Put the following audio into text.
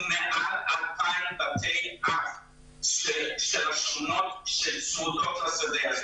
אנחנו מעל 2,000 בתי אב שמתגוררים בשכונות שצמודות לשדה.